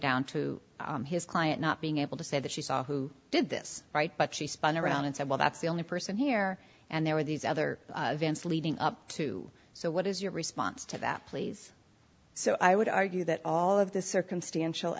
down to his client not being able to say that she saw who did this right but she spun around and said well that's the only person here and there were these other events leading up to so what is your response to that please so i would argue that all of this circumstantial